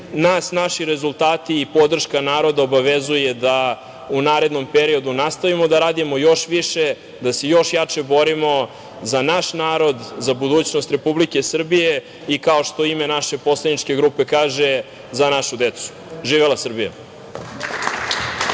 Nas naši rezultati i podrška naroda obavezuju da u narednom periodu nastavimo da radimo još više, da se još više, jače borimo za naš narod, za budućnost Republike Srbije, i kao što ime naše poslaničke grupe kaže – za našu decu. Živela Srbija.